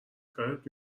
کارت